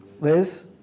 Liz